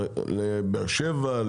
לבאר שבע?